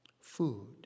food